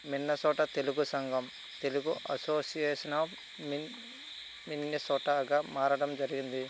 Minnesota Telugu సంఘం Telugu association of మిన్ మిన్నెసొటాగా మారడం జరిగింది